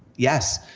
yes.